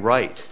right